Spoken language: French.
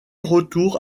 retour